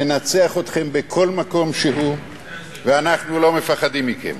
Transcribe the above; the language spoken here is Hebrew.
ננצח אתכם בכל מקום שהוא ואנחנו לא מפחדים מכם.